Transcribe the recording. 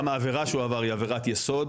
גם העבירה שהוא עבר היא עבירת יסוד.